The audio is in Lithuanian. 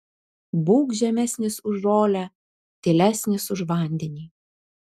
būk žemesnis už žolę tylesnis už vandenį